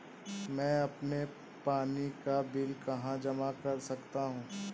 मैं अपने पानी का बिल कहाँ जमा कर सकता हूँ?